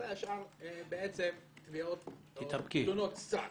הרי השאר בעצם תלונות סרק.